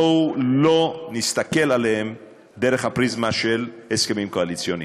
בואו לא נסתכל עליהם דרך הפריזמה של הסכמים קואליציוניים.